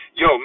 Yo